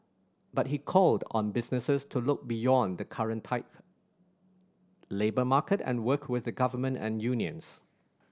but he called on businesses to look beyond the current tight labour market and work with the Government and unions